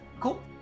Cool